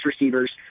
receivers